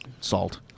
salt